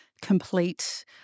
complete